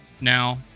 Now